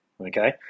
okay